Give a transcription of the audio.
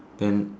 then